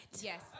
Yes